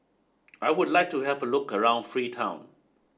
I would like to have a look around Freetown